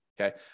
okay